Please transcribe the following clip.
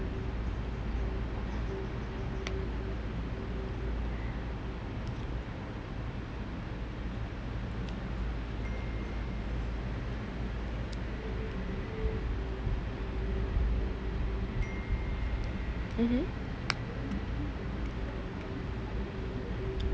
mm